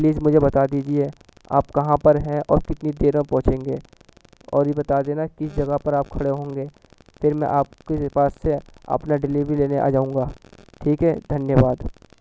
please مجھے بتا دیجیے آپ کہاں پر ہیں اور کتنی دیر میں پہنچیں گے اور یہ بتا دینا کس جگہ پر آپ کھڑے ہوں گے پھر میں آپ کے پاس سے اپنا ڈیلیوری لینے آ جاؤں گا ٹھیک ہے دھنیہ واد